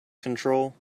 control